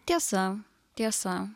tiesa tiesa